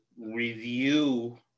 review